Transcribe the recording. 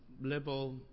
liberal